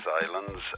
Islands